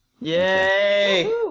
Yay